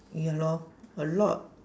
ya lor a lot